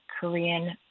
Korean